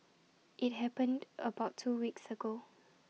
IT happened about two weeks ago